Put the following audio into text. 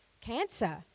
cancer